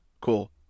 cool